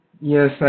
Yes